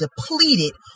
depleted